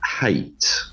hate